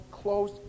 close